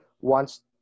wants